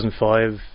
2005